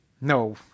No